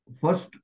First